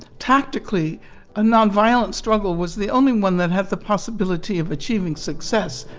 tactically a nonviolent struggle was the only one that had the possibility of achieving success.